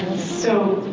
so